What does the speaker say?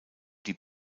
die